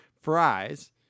fries